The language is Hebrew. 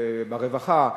ברווחה,